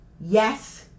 yes